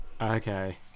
okay